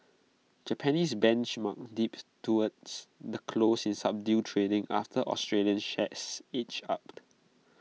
Japanese benchmarks dipped towards the close in subdued trading after Australian shares edged up